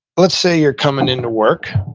let's say you're coming into work.